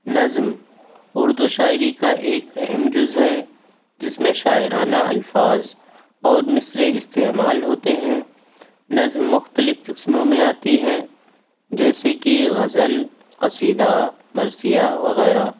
نظم اردو شاعری کا ایک اہم جز ہے جس میں شاعرانہ الفاظ اور مصرعے استعمال ہوتے ہیں نظم مختلف قسموں میں آتی ہے جیسے کہ غزل قصیدہ مرثیہ وغیرہ